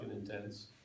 intense